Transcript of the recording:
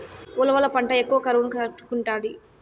ఉలవల పంట ఎక్కువ కరువును తట్టుకుంటాది